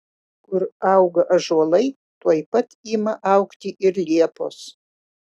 kur auga ąžuolai tuoj pat ima augti ir liepos